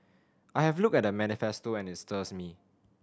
I have looked at the manifesto and it stirs me